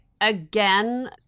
again